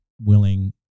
willing